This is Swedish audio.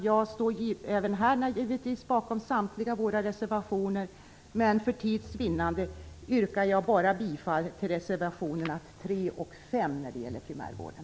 Jag står även här givetvis bakom samtliga våra reservationer, men för tids vinnande yrkar jag bara bifall till reservationerna 3 och 5 när det gäller primärvården.